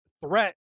threat